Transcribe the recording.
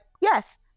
yes